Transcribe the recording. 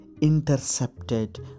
intercepted